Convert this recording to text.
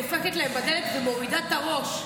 דופקת להם בדלת ומורידה את הראש.